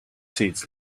seats